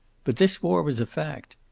but this war was a fact.